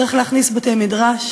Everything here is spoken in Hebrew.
צריך להכניס בתי-מדרש,